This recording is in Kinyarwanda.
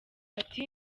ati